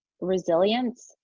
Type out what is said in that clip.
resilience